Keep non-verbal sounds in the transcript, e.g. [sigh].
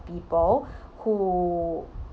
people [breath] who